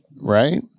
right